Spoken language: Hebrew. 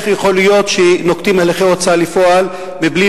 איך יכול להיות שנוקטים הליכי הוצאה לפועל בלי